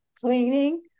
cleaning